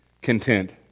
content